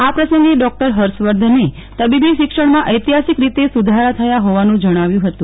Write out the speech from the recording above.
આ પ્રસંગે ડોકટર ફર્ષવર્ધને તબીબી શિક્ષણમાં ચૈતિહાસિક રીતે સુધારા થયા હોવાનું જણાવ્યું હતું